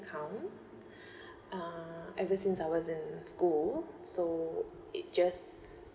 account uh ever since I was in school so it just